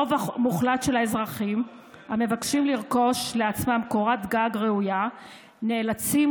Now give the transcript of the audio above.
רוב מוחלט של האזרחים המבקשים לרכוש לעצמם קורת גג ראויה נאלצים,